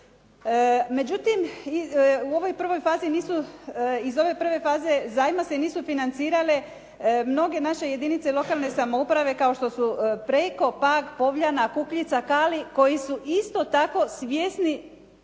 Međutim, iz ove prve faze zajma se nisu financirale mnoge naše jedinice lokalne samouprave kao što su preko Pag, Povljana, Kukljica, Kali koji su isto tako svjesni